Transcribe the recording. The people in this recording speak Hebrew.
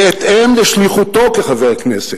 "בהתאם לשליחותו כחבר הכנסת,"